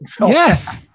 Yes